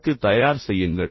அதற்கு தயார் செய்யுங்கள்